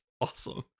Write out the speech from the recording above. awesome